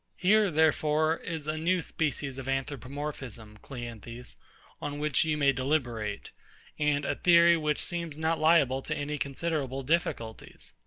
here, therefore, is a new species of anthropomorphism, cleanthes, on which you may deliberate and a theory which seems not liable to any considerable difficulties.